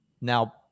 now